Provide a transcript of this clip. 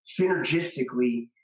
synergistically